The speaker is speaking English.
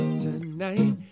tonight